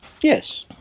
Yes